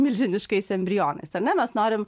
milžiniškais embrionais ar ne mes norim